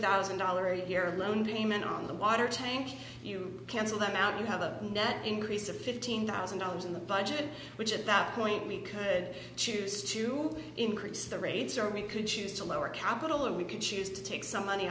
thousand dollars a year of loan payment on the water tank you cancel them out you have a net increase of fifteen thousand dollars in the budget which at that point we could choose to increase the rates are we could choose to lower capital or we could choose to take some money